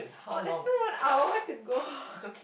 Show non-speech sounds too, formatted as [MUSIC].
but there's stil one hour to go [LAUGHS]